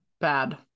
bad